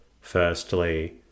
Firstly